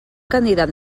candidat